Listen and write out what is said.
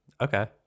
Okay